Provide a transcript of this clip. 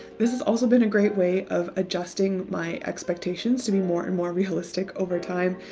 this has also been a great way of adjusting my expectations to be more and more realistic over time.